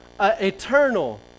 eternal